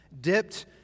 dipped